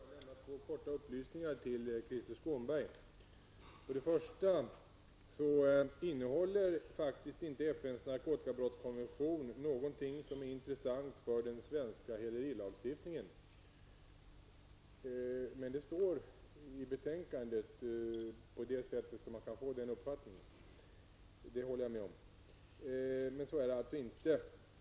Herr talman! Jag skall bara lämna två korta upplysningar till Krister Skånberg. För det första kan jag nämna att FNs narkotikabrottskommission inte tar upp frågor som är intressanta för den svenska hälerilagstiftningen. Av det som står i betänkandet kan man få uppfattningen att det skulle förhålla sig så, men så är det alltså inte.